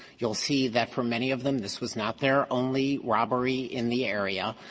you'll see that for many of them, this was not their only robbery in the area.